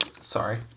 Sorry